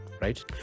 right